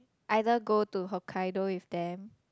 either go to Hokkaido with them